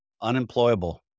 Unemployable